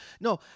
No